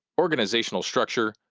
organizational structure,